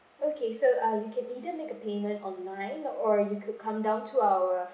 okay so um you can either make a payment online or you could come down to our